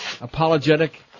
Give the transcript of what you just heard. apologetic